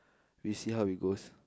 we see how it goes